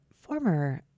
former